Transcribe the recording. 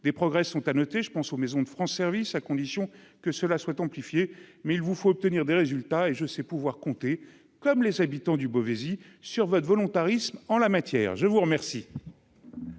des progrès sont à noter, je pense aux maisons de France service à condition que cela soit amplifiée, mais il vous faut obtenir des résultats et je sais pouvoir compter, comme les habitants du Beauvaisis sur votre volontarisme en la matière, je vous remercie.